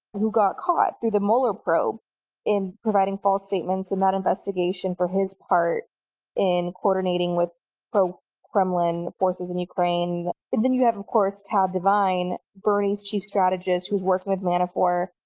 who got caught through the mueller probe in providing false statements in that investigation for his part in coordinating with so kremlin forces in ukraine. and then you have of course, tad devine, bernie's chief strategist, who's worked with manafort,